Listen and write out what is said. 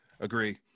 agree